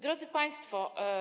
Drodzy Państwo!